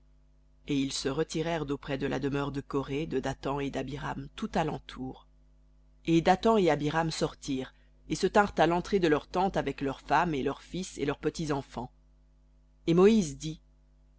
et ils se retirèrent d'auprès de la demeure de coré de dathan et d'abiram tout à l'entour et dathan et abiram sortirent et se tinrent à l'entrée de leurs tentes avec leurs femmes et leurs fils et leurs petits enfants et moïse dit